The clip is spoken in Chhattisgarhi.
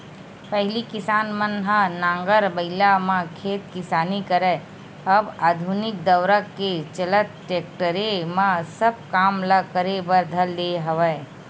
पहिली किसान मन ह नांगर बइला म खेत किसानी करय अब आधुनिक दौरा के चलत टेक्टरे म सब काम ल करे बर धर ले हवय